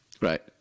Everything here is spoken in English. right